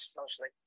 mostly